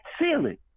ceiling